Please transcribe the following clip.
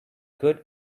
good